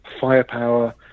firepower